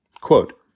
Quote